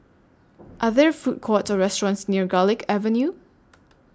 Are There Food Courts restaurants near Garlick Avenue